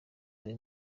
ari